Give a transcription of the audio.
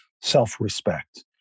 self-respect